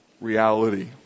reality